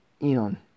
Enon